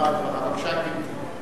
גברתי, בבקשה.